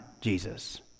Jesus